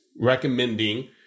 recommending